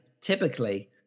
typically